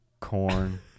corn